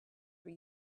were